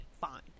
Fine